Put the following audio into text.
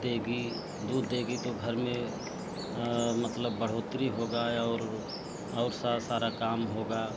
देगी दूध देगी तो घर में मतलब बढ़ोतरी होगा और और सा सारा काम होगा